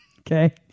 Okay